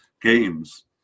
games